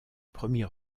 premier